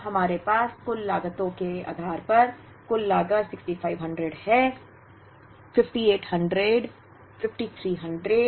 अब हमारे पास कुल लागतों के आधार पर कुल लागत 6500 है 5800 5300 5200 और 5300